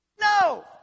No